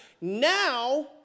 now